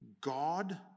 God